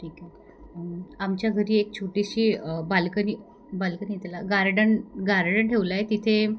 ठीक आहे आमच्या घरी एक छोटीशी बाल्कनी बाल्कनी त्याला गार्डन गार्डन ठेवलं आहे तिथे